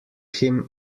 him